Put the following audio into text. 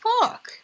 fuck